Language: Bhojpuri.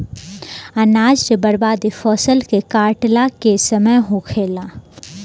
अनाज के बर्बादी फसल के काटला के समय होखेला